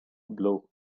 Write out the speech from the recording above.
blow